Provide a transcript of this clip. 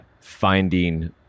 finding